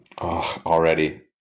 already